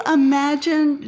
imagine